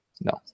No